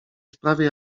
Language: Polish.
sprawie